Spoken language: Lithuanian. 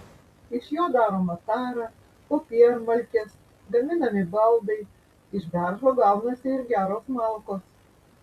iš jo daroma tara popiermalkės gaminami baldai iš beržo gaunasi ir geros malkos